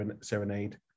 serenade